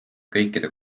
kõikide